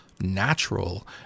natural